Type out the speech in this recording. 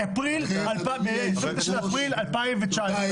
ב-29 באפריל 2019. תודה,